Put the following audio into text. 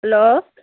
hello